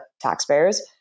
taxpayers